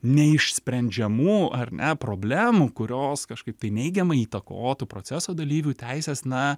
neišsprendžiamų ar ne problemų kurios kažkaip tai neigiamai įtakotų proceso dalyvių teises na